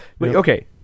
Okay